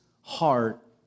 heart